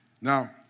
Now